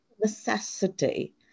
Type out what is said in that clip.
necessity